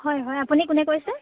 হয় হয় আপুনি কোনে কৈছে